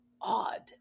odd